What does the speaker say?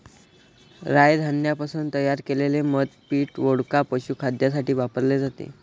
राय धान्यापासून तयार केलेले मद्य पीठ, वोडका, पशुखाद्यासाठी वापरले जाते